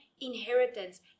inheritance